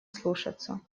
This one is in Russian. слушаться